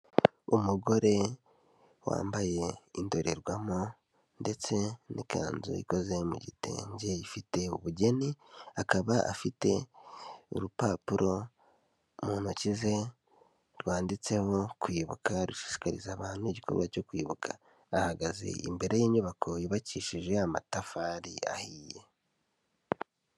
Umugore wambaye indorerwamo ndetse n'ikanzu ikoze mu gitenge ifite ubugeni, akaba afite urupapuro mu ntoki ze rwanditseho kwibuka, rushishikariza abantu igikorwa cyo kwibuka, ahagaze imbere y'inyubako yubakishije amatafari ahiye.